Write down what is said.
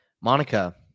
Monica